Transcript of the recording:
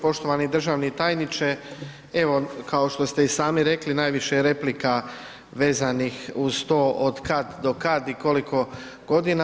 Poštovani državni tajniče, evo kao što ste i sami rekli najviše je replika vezanih uz to od kad do kad i koliko godina.